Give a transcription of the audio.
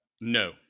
No